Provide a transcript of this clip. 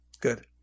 Good